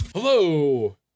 Hello